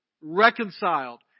reconciled